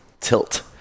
tilt